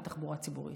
בתחבורה ציבורית.